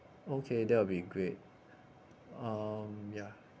okay that will be great um ya